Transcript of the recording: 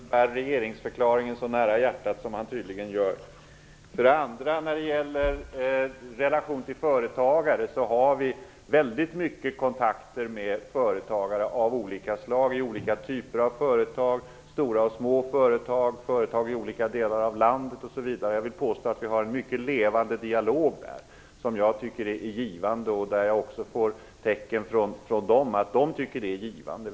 För det första vill jag säga att jag är glad att Göran Hägglund bär regeringsförklaringen så nära hjärtat som han tydligen gör. För det andra: När det gäller relation till företagare vill jag säga att vi har väldigt mycket kontakter med företagare av olika slag i olika typer av företag - stora och små företag, företag i olika delar av landet osv. Jag vill påstå att vi för en mycket levande dialog som jag tycker är givande. Jag får också tecken från företagen på att de tycker att det är givande.